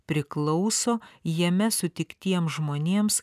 priklauso jame sutiktiems žmonėms